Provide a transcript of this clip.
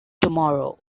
tomorrow